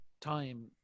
time